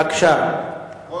בבקשה.